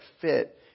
fit